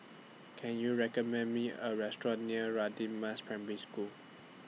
Can YOU recommend Me A Restaurant near Radin Mas Primary School